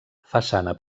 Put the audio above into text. façana